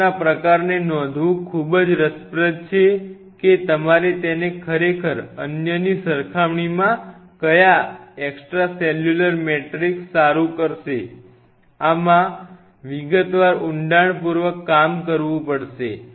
કોષના પ્રકારને નોંધવું ખૂબ જ રસપ્રદ છે કે તમારે તેને ખરેખર અન્યની સરખામણીમાં કયા એક્સ્ટ્રા સેલ્યુલર મેટ્રિક્સ સારું કરશે આમાં વિગતવાર ઊંડાણપૂર્વક કામ કરવું પડશે